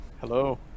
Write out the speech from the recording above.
Hello